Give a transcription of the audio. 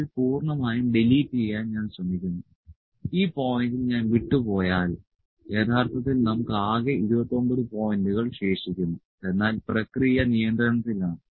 cell പൂർണ്ണമായും delete ചെയ്യാൻ ഞാൻ ശ്രമിക്കുന്നു ഈ പോയിന്റിൽ ഞാൻ വിട്ടുപോയാൽ യഥാർത്ഥത്തിൽ നമുക്ക് ആകെ 29 പോയിന്റുകൾ ശേഷിക്കുന്നു എന്നാൽ പ്രക്രിയ നിയന്ത്രണത്തിലാണ്